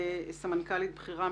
סמנכ"לית בכירה,